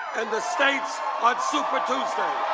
and the states on super tuesday.